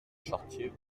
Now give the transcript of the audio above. charretiers